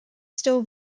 still